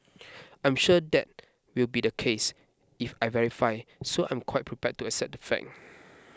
I'm sure that will be the case if I verify so I'm quite prepared to accept that fact